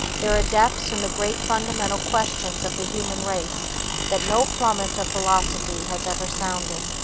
there are depths in the great fundamental questions of the human race that no plummet of philosophy has ever sounded.